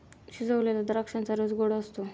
शिजवलेल्या द्राक्षांचा रस गोड असतो